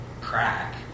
crack